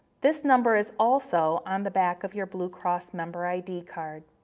this number is also on the back of your blue cross member id card.